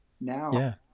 now